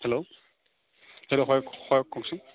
hello hello হয় হয় কওকচোন